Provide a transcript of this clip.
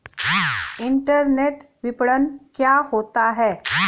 Internet विपणन क्या होता है?